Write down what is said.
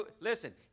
Listen